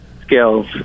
skills